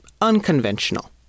unconventional